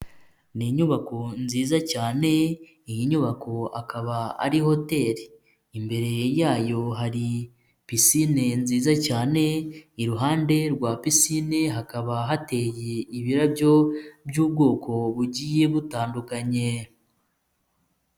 Ni inyubako nziza cyane, iyi nyubako akaba ari hoteli, imbere yayo hari pisine nziza cyane, iruhande rwa pisine hakaba hateye ibirabyo by'ubwoko bugiye butandukanye.